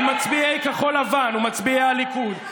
על מצביעי כחול לבן ומצביעי הליכוד,